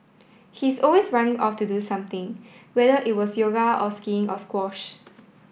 he was always running off to do something whether it was yoga or skiing or squash